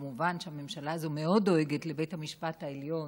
כמובן שהממשלה הזאת מאוד דואגת לבית המשפט העליון,